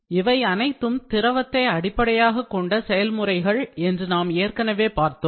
இவை அனைத்தும் திரவத்தை அடிப்படையாகக்கொண்ட செயல்முறைகள் என்று நாம் ஏற்கனவே பார்த்தோம்